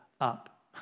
up